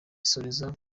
asoreza